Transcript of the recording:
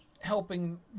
helping